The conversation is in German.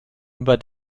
über